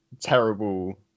terrible